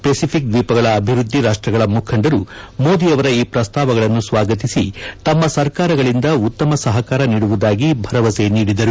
Pacific ದ್ವೀಪಗಳ ಅಭಿವೃದ್ದಿ ರಾಷ್ತ್ರಗಳ ಮುಖಂಡರು ಮೋದಿಯವರ ಈ ಪ್ರಸ್ತಾವಗಳನ್ನು ಸ್ವಾಗತಿಸಿ ತಮ್ಮ ಸರ್ಕಾರಗಳಿಂದ ಉತ್ತಮ ಸಹಕಾರ ನೀಡುವುದಾಗಿ ಭರವಸೆ ನೀಡಿದರು